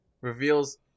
Reveals